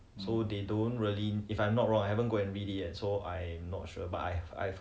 I think there quite stable already and I think things are resuming to a certain norm